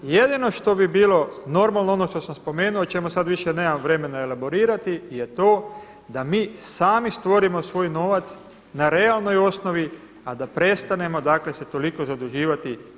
Jedino što bi bilo normalno ono što sam spomenuo, a o čemu sada više nemam vremena elaborirati, je to da mi sami stvorimo svoj novac na realnoj osnovi, a da prestanemo dakle se toliko zaduživati.